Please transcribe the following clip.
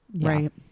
Right